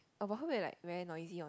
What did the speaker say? oh but heard they like very noisy on the